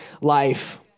life